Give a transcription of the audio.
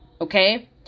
Okay